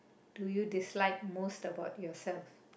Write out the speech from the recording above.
do you dislike most about yourself